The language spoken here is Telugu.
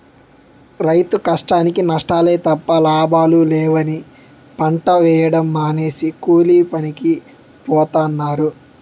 రైతు కష్టానికీ నష్టాలే తప్ప లాభాలు లేవని పంట వేయడం మానేసి కూలీపనికి పోతన్నారు